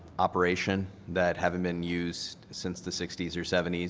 operation that haven't been used since the sixty s or seventy s.